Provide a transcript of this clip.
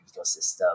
ecosystem